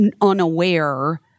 unaware